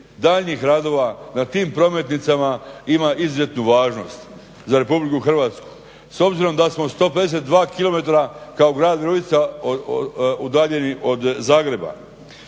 daljnjih radova na tim prometnicama ima izuzetnu važnost za Republiku Hrvatsku s obzirom da smo 152 km kao grad Virovitica udaljeni od Zagreba,